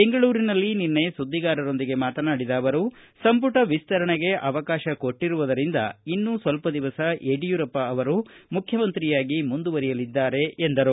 ಬೆಂಗಳೂರಿನಲ್ಲಿ ನಿನ್ನೆ ಸುದ್ದಿಗಾರರೊಂದಿಗೆ ಮಾತನಾಡಿದ ಅವರು ಸಂಪುಟ ವಿಸ್ತರಣೆಗೆ ಅವಕಾಶ ಕೊಟ್ಟರುವುದರಿಂದ ಇನ್ನು ಸ್ವಲ್ಪ ದಿವಸ ಯಡಿಯೂರಪ್ಪ ಮುಖ್ಯಮಂತ್ರಿಯಾಗಿ ಮುಂದುವರೆಯಲಿದ್ದಾರೆ ಎಂದರು